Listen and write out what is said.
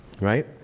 right